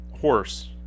horse